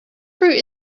fruit